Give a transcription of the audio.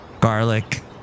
garlic